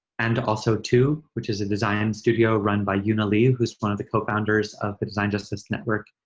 and also too, which is a design studio run by una lee, who's one of the co-founders of the design justice network,